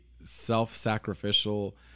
self-sacrificial